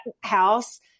house